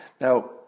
Now